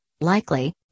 likely